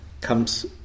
comes